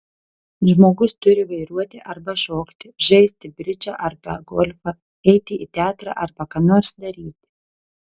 žmogus turi vairuoti arba šokti žaisti bridžą arba golfą eiti į teatrą arba ką nors daryti